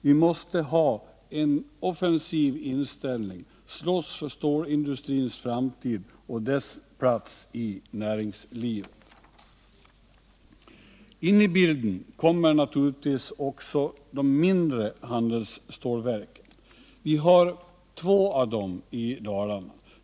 Vi måste ha en offensiv inställning, slåss för stålindustrins framtid och dess plats i näringslivet. Ini bilden kommer naturligtvis också de mindre handelsstålverken. Vi har två av dem i Dalarna.